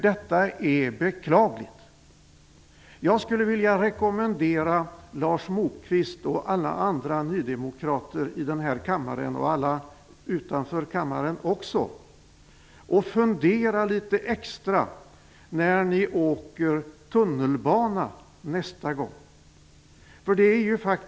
Detta är beklagligt. Jag skulle vilja rekommendera Lars Moquist och alla andra nydemokrater i denna kammare, även utanför kammaren, att fundera litet extra när ni åker tunnelbana nästa gång.